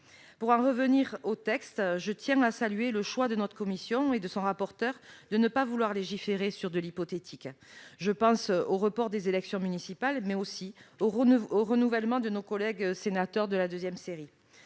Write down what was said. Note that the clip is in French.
Pour en revenir au texte, je tiens à saluer le choix de notre commission et de son rapporteur de ne pas légiférer sur de l'hypothétique ; je pense au report des élections municipales, mais aussi au renouvellement de nos collègues sénateurs de la deuxième série.